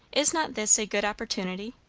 is not this a good opportunity?